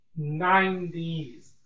90s